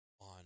on